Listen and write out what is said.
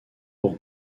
pour